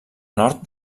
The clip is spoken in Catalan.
nord